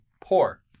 poor